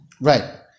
Right